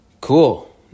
Cool